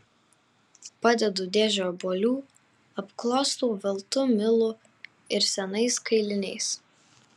padedu dėžę obuolių apklostau veltu milu ir senais kailiniais